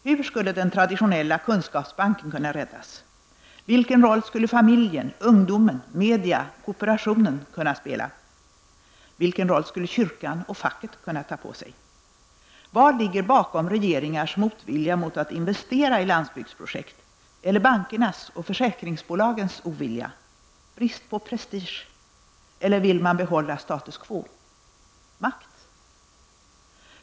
Hur skulle den traditionella kunskapsbanken kunna räddas? Vilken roll skulle familjen, ungdomen, media och kooperationen kunna spela? Vilken roll skulle kyrkan och facket kunna ta på sig? Vad ligger bakom regeringars motvilja mot att investera i landsbygdsprojekt -- eller bankernas och försäkringsbolagens ovilja? Brist på prestige? Eller vill man bibehålla status quo? Makt?